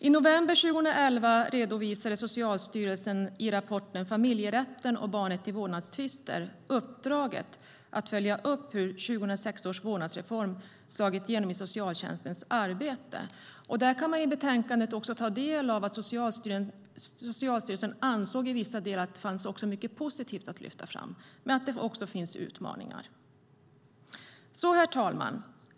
I november 2011 redovisade Socialstyrelsen i rapporten Familjerätten och barnet i vårdnadstvister uppdraget att följa upp hur 2006 års vårdnadsreform slagit igenom i socialtjänstens arbete. I betänkandet kan man också ta del av att Socialstyrelsen i vissa delar ansåg att det fanns mycket positivt att lyfta fram, men det finns också utmaningar. Herr talman!